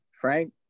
frank